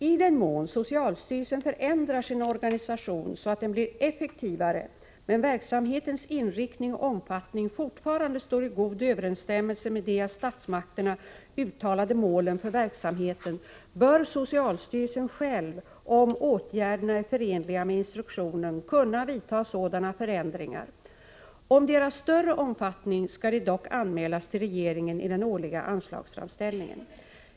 I den mån socialstyrelsen förändrar sin organisation så att den blir effektivare, men verksamhetens inriktning och omfattning fortfarande står i god överensstämmelse med de av statsmakterna uttalade målen för verksamheten, bör socialstyrelsen själv, om åtgärderna är förenliga med instruktionen, kunna vidta sådana förändringar. Om de är av större omfattning skall de dock anmälas till regeringen i den årliga anslagsframställningen.